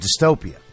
dystopia